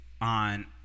on